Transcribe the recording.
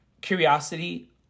curiosity